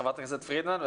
חברת הכנסת פרידמן.